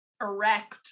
Erect